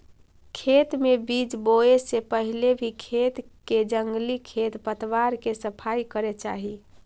खेत में बीज बोए से पहले भी खेत के जंगली खेर पतवार के सफाई करे चाही